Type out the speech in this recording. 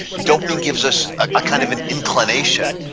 dopamine gives us a kind of an inclination,